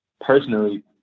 personally